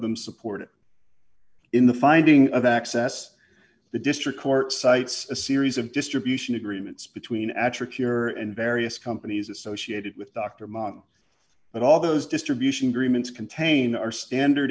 them support it in the finding of access the district court cites a series of distribution agreements between at trick your and various companies associated with dr mom but all those distribution agreements contain our standard